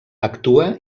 actua